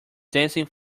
dancing